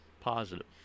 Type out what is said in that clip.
positive